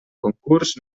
concurs